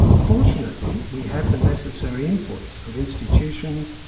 fortunately, we have the necessary inputs of institutions,